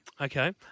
Okay